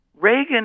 Reagan